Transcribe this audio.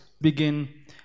begin